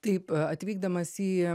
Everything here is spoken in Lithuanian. taip atvykdamas į